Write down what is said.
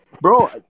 bro